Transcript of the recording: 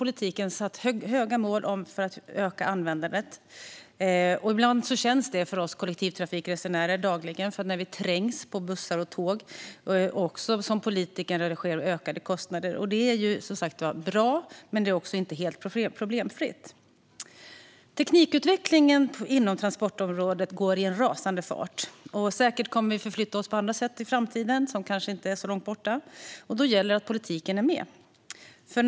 Politiken har satt höga mål för att öka användandet, vilket märks för oss resenärer när vi trängs på bussar och tåg och för oss politiker genom ökade kostnader. Det är bra att användandet ökar men inte helt problemfritt. Teknikutvecklingen på transportområdet går i en rasande fart, och vi kommer säkert att förflytta oss på andra sätt i en inte alltför avlägsen framtid. Då gäller det att politiken hänger med.